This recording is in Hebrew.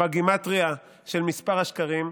בגימטרייה של מספר השקרים.